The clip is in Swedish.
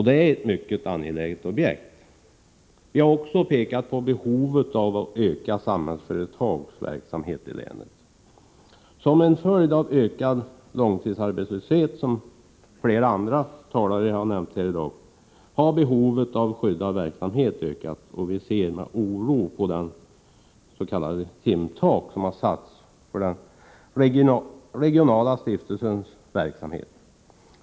Det är ett mycket angeläget projekt. Vi har också pekat på behovet av att öka Samhällsföretags verksamhet i länet. Som en följd av ökad långtidsarbetslöshet har, som flera andra talare nämnt, behovet av skyddad verksamhet ökat, och vi ser med oro på det s.k. timtak som har satts för den regionala stiftelsens verksamhet.